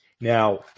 now